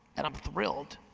and i'm thrilled,